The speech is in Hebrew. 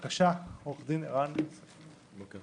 עורך הדין ערן יוסף, בבקשה.